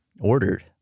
ordered